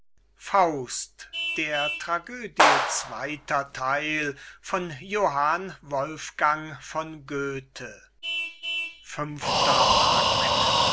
faust der tragödie erster teil johann wolfgang von